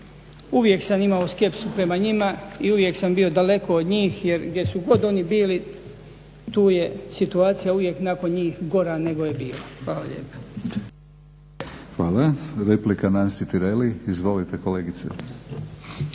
uvijek sam imao skepsu prema njima i uvijek sam bio daleko od njih jer gdje su god oni bili tu je situacija uvijek nakon njih gora nego je bila. Hvala lijepa. **Batinić, Milorad (HNS)** Hvala. Replika, Nansi Tireli. Izvolite kolegice.